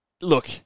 look